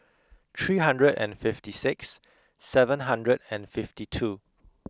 three hundred and fifty six seven hundred and fifty two